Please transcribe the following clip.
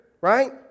Right